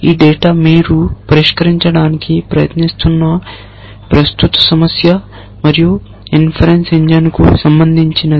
ఈ డేటా మీరు పరిష్కరించడానికి ప్రయత్నిస్తున్న ప్రస్తుత సమస్య మరియు ఇన్ఫరన్స ఇంజిన్కు సంబంధించినది